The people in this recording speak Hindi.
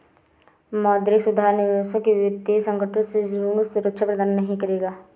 मौद्रिक सुधार विदेशों में वित्तीय संकटों से पूर्ण सुरक्षा प्रदान नहीं करेगा